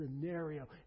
scenario